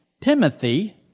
Timothy